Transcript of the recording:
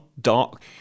dark